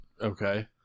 okay